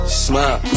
smile